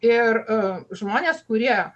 ir žmonės kurie